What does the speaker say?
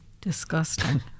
Disgusting